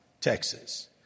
Texas